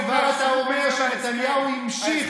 פה כבר אתה אומר שנתניהו המשיך,